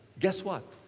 guess what?